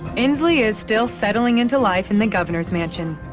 inslee is still settling in to life in the governor's mansion.